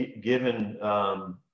given